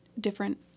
different